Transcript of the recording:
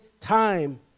time